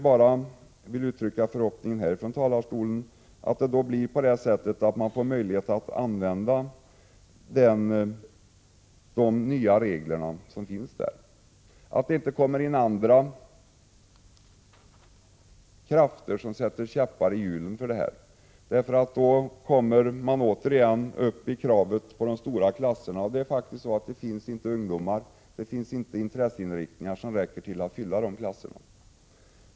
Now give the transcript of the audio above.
Jag vill bara här från talarstolen uttrycka förhoppningen att man då kan använda de nya reglerna, att inte andra krafter kommer att sätta käppar i hjulen så att man återigen får krav på stora klasser. Det finns faktiskt inte ungdomar och intresseinriktningar som räcker för att fylla sådana klasser.